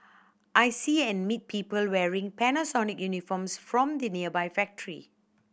I see and meet people wearing Panasonic uniforms from the nearby factory